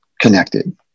connected